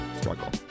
struggle